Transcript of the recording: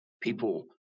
people